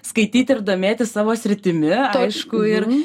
skaityti ir domėtis savo sritimi aišku ir